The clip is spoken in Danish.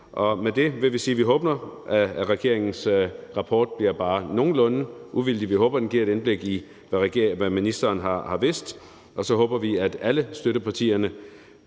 Med det vil jeg sige, at vi håber, at regeringens rapport bliver bare nogenlunde uvildig. Vi håber, den giver et indblik i, hvad ministeren har vidst, og så håber vi, at alle støttepartierne